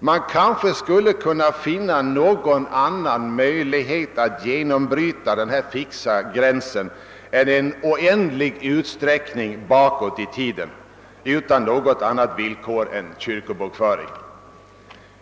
Man kanske skulle, menade vi, kunna finna någon annan möjlighet att bryta genom denna fixa gräns än en oändlig utsträckning bakåt i tiden utan annat villkor än kyrkobokföring.